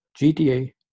GTA